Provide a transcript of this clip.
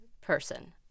person